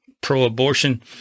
pro-abortion